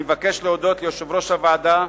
אני מבקש להודות ליושב-ראש הוועדה,